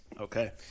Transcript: Okay